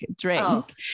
drink